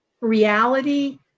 reality